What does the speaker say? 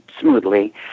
smoothly